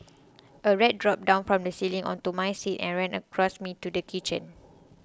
a rat dropped down from the ceiling onto my seat and ran across me to the kitchen